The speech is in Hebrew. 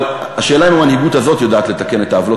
והשאלה היא אם המנהיגות הזאת יודעת לתקן את העוולות